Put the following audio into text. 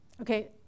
Okay